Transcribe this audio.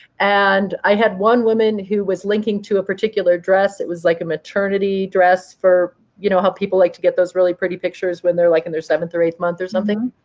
and i had one woman who was linking to a particular dress. it was like a maternity dress for you know how people like to get those really pretty pictures when they're like in their seventh or eighth month or something?